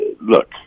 look